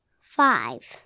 Five